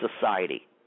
society